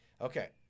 Okay